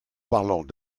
parlons